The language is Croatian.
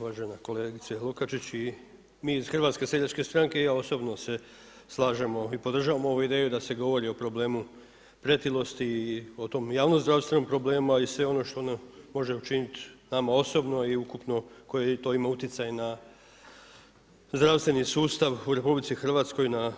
Uvažena kolegice Lukačić i mi iz HSS-a i ja osobno se slažemo i podržavamo ovu ideju da se govori o problemu pretilosti i o tom javnozdravstvenom problemu a i sve ono što može učiniti nama osobno i ukupno koji to ima utjecaj na zdravstveni sustav u RH na